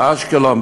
באשקלון?